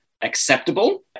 acceptable